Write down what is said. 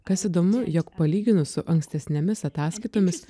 kas įdomu jog palyginus su ankstesnėmis ataskaitomis